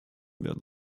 werden